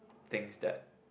things that